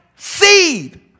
Seed